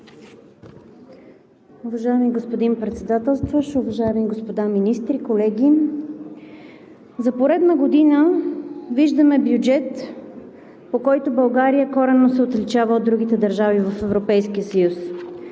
Уважаеми господин Председателстващ, уважаеми господа министри, колеги! За поредна година виждаме бюджет, по който България коренно се отличава от другите държави в Европейския съюз.